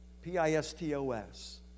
P-I-S-T-O-S